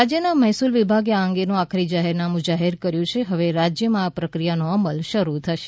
રાજ્યના મહેસૂલ વિભાગે આ અંગેનું આખરી જાહેરનામું જાહેર કર્યુ છે હવે રાજ્યમાં આ પ્રક્રિયાનો અમલ શરૂ થશે